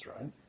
right